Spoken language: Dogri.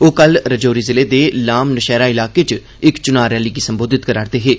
ओह् कल राजौरी जिले दे लाम नशैरा इलाके च इक चुनां रैली गी संबोधत करै करदे हे